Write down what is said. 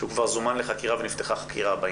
שהוא כבר זומן לחקירה ונפתחה חקירה בעניין.